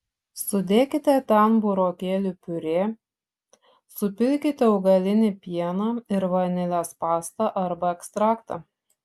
sudėkite ten burokėlių piurė supilkite augalinį pieną ir vanilės pastą arba ekstraktą